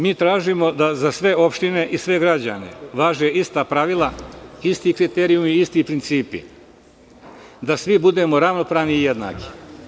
Mi tražimo da za sve opštine i sve građane važe ista pravila, isti kriterijumi, isti principi, da svi budemo ravnopravni i jednaki.